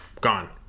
gone